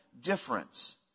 difference